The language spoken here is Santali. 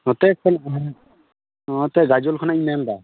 ᱱᱚᱛᱮ ᱠᱷᱚᱱ ᱦᱮᱸ ᱱᱚᱛᱮ ᱜᱟᱡᱳᱞ ᱠᱷᱚᱱᱟᱜ ᱤᱧ ᱢᱮᱱᱮᱫᱟ